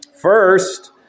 First